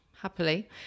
Happily